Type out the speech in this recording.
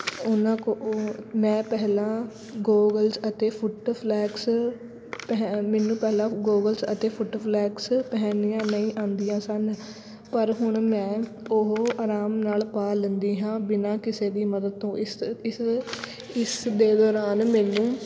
ਉਹਨਾਂ ਕੋਲ ਮੈਂ ਪਹਿਲਾਂ ਗੋਗਲਸ ਅਤੇ ਫੁੱਟ ਫਲੈਕਸ ਪਹਿਨ ਮੈਨੂੰ ਪਹਿਲਾਂ ਗੋਗਲਸ ਅਤੇ ਫੁੱਟ ਫਲੈਕਸ ਪਹਿਨਣੀਆ ਨਹੀਂ ਆਉਂਦੀਆਂ ਸਨ ਪਰ ਹੁਣ ਮੈਂ ਉਹ ਆਰਾਮ ਨਾਲ਼ ਪਾ ਲੈਂਦੀ ਹਾਂ ਬਿਨਾਂ ਕਿਸੇ ਦੀ ਮਦਦ ਤੋਂ ਇਸ ਇਸ ਇਸਦੇ ਦੌਰਾਨ ਮੈਨੂੰ